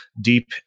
deep